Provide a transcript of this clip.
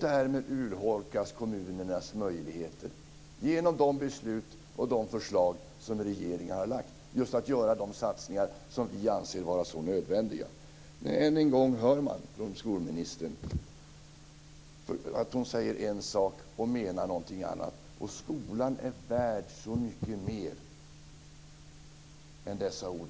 Därmed urholkas kommunernas möjligheter, genom de beslut och förslag som regeringen har lagt fram, att göra de satsningar vi anser vara så nödvändiga. Än en gång hör man skolministern säga en sak och mena någonting annat. Skolan är värd så mycket mer än dessa ord